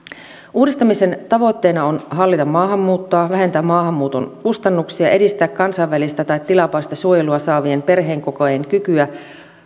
uudistamisen tavoitteena on hallita maahanmuuttoa vähentää maahanmuuton kustannuksia edistää kansainvälistä tai tilapäistä suojelua saavien perheenkokoajien kykyä